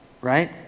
Right